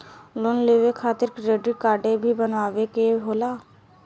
Loan लेवे खातिर credit काडे भी बनवावे के होला?